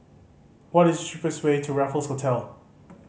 what is the cheapest way to Raffles Hotel